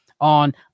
on